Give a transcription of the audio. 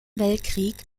weltkrieg